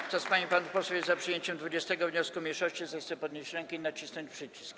Kto z pań i panów posłów jest za przyjęciem 20. wniosku mniejszości, zechce podnieść rękę i nacisnąć przycisk.